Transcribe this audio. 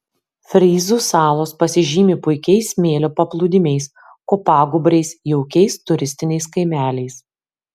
fryzų salos pasižymi puikiais smėlio paplūdimiais kopagūbriais jaukiais turistiniais kaimeliais